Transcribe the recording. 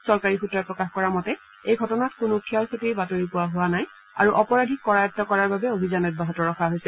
চৰকাৰী সূত্ৰই প্ৰকাশ কৰা মতে এই ঘটনাত কোনো ক্ষয় ক্ষতিৰ বাতৰি পোৱা হোৱা নাই আৰু অপৰাধীক কৰায়ত্ত কৰাৰ বাবে অভিযান অব্যাহত ৰখা হৈছে